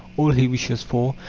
all he wishes for,